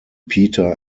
peter